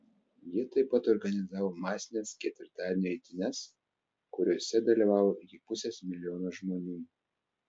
jie taip pat organizavo masines ketvirtadienio eitynes kuriose dalyvavo iki pusės milijono žmonių